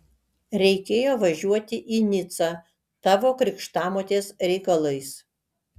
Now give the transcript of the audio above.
reikėjo važiuoti į nicą tavo krikštamotės reikalais